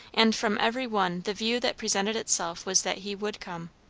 and from every one the view that presented itself was that he would come.